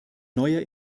neuer